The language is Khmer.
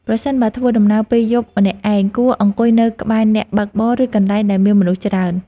ប្រសិនបើធ្វើដំណើរពេលយប់ម្នាក់ឯង គួរអង្គុយនៅក្បែរអ្នកបើកបរ ឬកន្លែងដែលមានមនុស្សច្រើន។